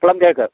plum cake